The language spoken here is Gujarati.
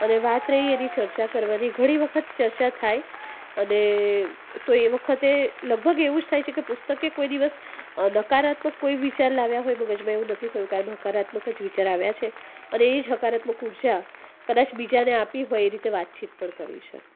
અને વાત રઈ એની ચર્ચા કરવાની ઘણી વખત ચર્ચા થાય અને તો એ વખતે લગભગ એવું જ થાય છે કે પુસ્તકે કોઈ દિવસ નકારાત્મક કોઈ વિચાર લાવ્યા હોય એવું મગજમાં નથી થયું કાયમ હકારાત્મક જ વિચાર આવ્યા છે અને એ જ હકારાત્મક ઉર્જા કદાચ બીજાને આપી હોય એ રીતે વાતચીત પણ કરી છે